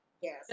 yes